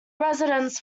residents